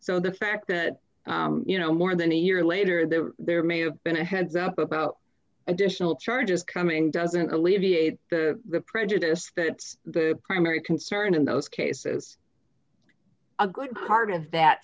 so the fact that you know more than a year later that there may have been a heads up about additional charges coming doesn't alleviate the prejudice that's the primary concern in those cases a good part of